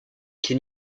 can